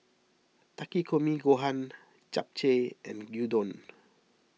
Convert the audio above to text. Takikomi Gohan Japchae and Gyudon